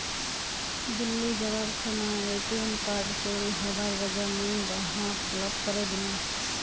दिल्ली जबार खूना ATM card चोरी हबार वजह मुई वहाक ब्लॉक करे दिनु